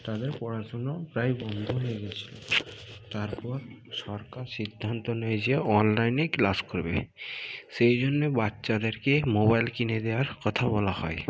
তাদের পড়াশুনো প্রায় বন্ধ হয়ে গিয়েছিল তারপর সরকার সিদ্ধান্ত নেয় যে অনলাইনে ক্লাস করবে সেই জন্য বাচ্চাদেরকে মোবাইল কিনে দেওয়ার কথা বলা হয়